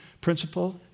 principle